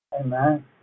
Amen